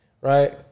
right